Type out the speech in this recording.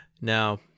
Now